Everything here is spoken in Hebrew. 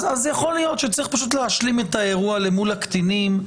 יכול להיות שצריך להשלים את האירוע למול הקטינים,